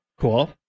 Cool